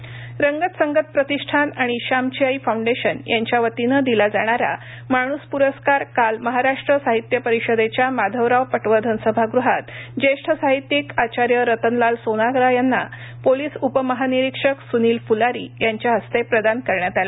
माणूस रंगत संगत प्रतिष्ठान आणि श्यामची आई फाऊंडेशन यांच्या वतीनं दिला जाणारा माणूस पुरस्कार काल महाराष्ट्र साहित्य परिषदेच्या माधवराव पटवर्धन सभागृहात ज्येष्ठ साहित्यिक आचार्य रतनलाल सोनाग्रा यांना पोलीस उपमहानिरिक्षक सुनील फुलारी यांच्या हस्ते प्रदान करण्यात आला